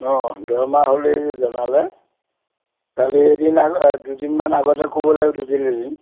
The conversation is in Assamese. অঁ দৰ্মহা হ'লে জনালে কালি এদিন দুদিনমান আগতে ক'ব লাগিব দুদিন এদিন